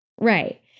Right